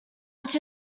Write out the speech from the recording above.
which